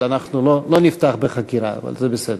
לא נפתח בחקירה, אבל, זה בסדר.